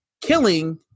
killing